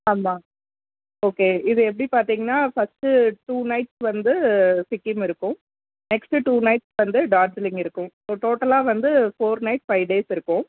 ஆமாம் ஓகே இது எப்படி பார்த்திங்கன்னா ஃபர்ஸ்ட்டு டூ நைட்ஸ் வந்து சிக்கிம் இருக்கும் நெக்ஸ்ட்டு டூ நைட்ஸ் வந்து டார்ஜிலிங் இருக்கும் ஸோ டோட்டலாக வந்து ஃபோர் நைட்ஸ் ஃபைவ் டேஸ் இருக்கும்